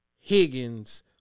Higgins